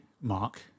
Mark